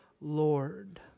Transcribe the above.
Lord